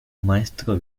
maestro